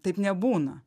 taip nebūna